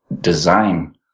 design